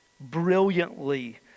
brilliantly